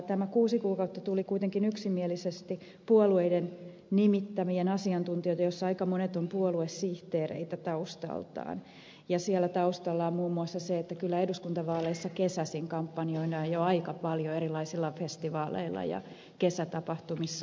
tämä kuusi kuukautta tuli kuitenkin yksimielisesti puolueiden nimittämiltä asiantuntijoilta joista aika monet ovat puoluesihteereitä taustaltaan ja siellä taustalla on muun muassa se että kyllä eduskuntavaaleissa kesäisin kampanjoidaan jo aika paljon erilaisilla festivaaleilla ja kesätapahtumissa